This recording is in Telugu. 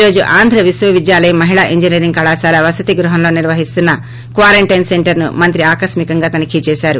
ఈ రోజు ఆంధ్ర విశ్వవిద్యాలయం మహిళా ఇంజనీరింగ్ కళాశాల వసతి గృహంలో నిర్వహిస్తున్న క్వారంటైన్ సెంటర్ ను మంత్రి ఆకస్మి కంగా తనిఖీ చేశారు